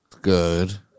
Good